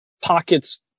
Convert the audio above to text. pockets